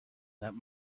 that